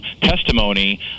testimony